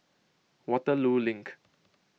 Waterloo Link